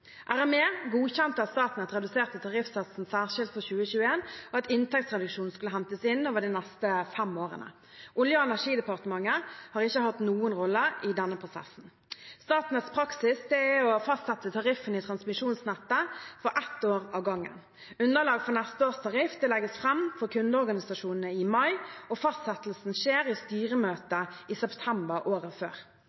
tariffsatsen særskilt for 2021, og at inntektsreduksjonen skulle hentes inn over de neste fem årene. Olje- og energidepartementet har ikke hatt noen rolle i denne prosessen. Statnetts praksis er å fastsette tariffene i transmisjonsnettet for ett år av gangen. Underlaget for neste års tariff legges fram for kundeorganisasjonene i mai, og fastsettelsen skjer i